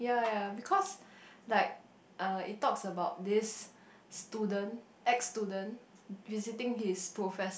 !huh!